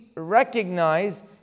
recognize